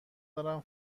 دارم